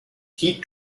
heat